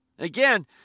Again